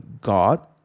God